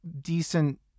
decent